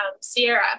Sierra